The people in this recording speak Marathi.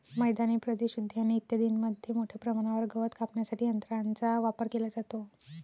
मैदानी प्रदेश, उद्याने इत्यादींमध्ये मोठ्या प्रमाणावर गवत कापण्यासाठी यंत्रांचा वापर केला जातो